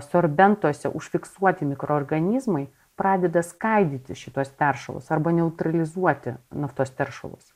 sorbentuose užfiksuoti mikroorganizmai pradeda skaidyti šituos teršalus arba neutralizuoti naftos teršalus